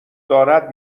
دارد